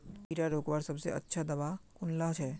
कीड़ा रोकवार सबसे अच्छा दाबा कुनला छे?